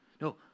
no